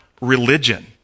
religion